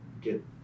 get